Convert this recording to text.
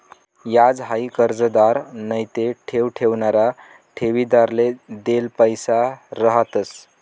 याज हाई कर्जदार नैते ठेव ठेवणारा ठेवीदारले देल पैसा रहातंस